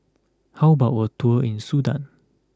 how about a tour in Sudan